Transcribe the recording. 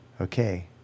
okay